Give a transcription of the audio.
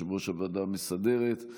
יושב-ראש הוועדה המסדרת,